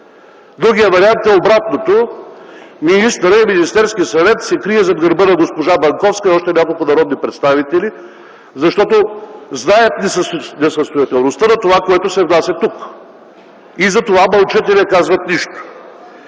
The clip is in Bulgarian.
Другият вариант е обратното – министърът и Министерският съвет се крият зад гърба на госпожа Банковска и още няколко народни представители, защото знаят несъстоятелността на това, което се внася тук, и затова мълчат и не казват нищо.